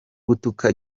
gutuka